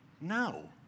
No